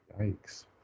Yikes